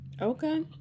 Okay